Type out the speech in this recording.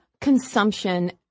consumption